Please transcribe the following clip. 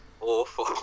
awful